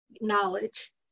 knowledge